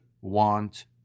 want